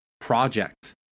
project